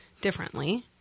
differently